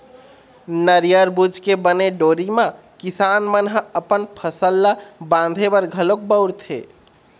नरियर बूच के बने डोरी म किसान मन ह अपन फसल ल बांधे बर घलोक बउरथे